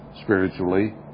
spiritually